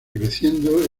creciendo